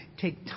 take